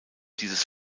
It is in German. dieses